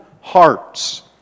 hearts